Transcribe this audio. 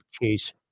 case